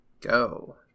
go